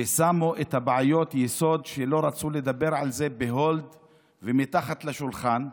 ושמו את בעיות היסוד שלא רצו לדבר עליהן ב-hold ומתחת לשולחן.